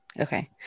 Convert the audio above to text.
Okay